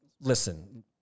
listen